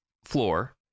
Floor